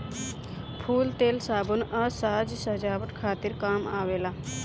फूल तेल, साबुन आ साज सजावट खातिर काम आवेला